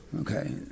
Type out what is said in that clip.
Okay